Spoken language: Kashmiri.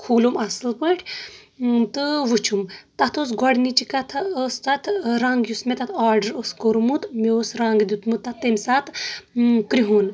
تہٕ کھوٗلُم اَصل پأٹھۍ تہٕ وُچُھم تَتھ أس گۄڈنِچ کتھا أس تَتھ رنٛگ یُس مےٚ تَتھ آرڈر اوس کوٚرمُت مےٚ اوس رنٛگ دیُتمُت تَتھ تٔمہِ ساتہٕ کُرہُن